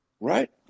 Right